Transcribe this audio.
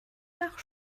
nach